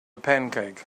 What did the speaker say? pancake